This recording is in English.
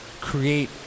create